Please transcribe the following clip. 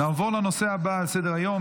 נעבור לנושא הבא על סדר-היום,